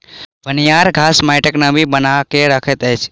पनियाह घास माइटक नमी बना के रखैत अछि